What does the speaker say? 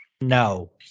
No